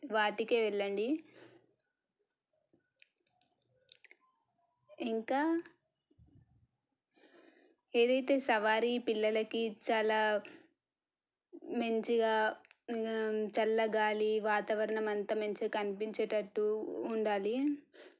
వాటికే వెళ్ళండి ఇంకా ఏదైతే సవారీ పిల్లలకి చాలా మంచిగా చల్ల గాలి వాతావరణం అంతా మంచిగా కనిపించేటట్టు ఉండాలి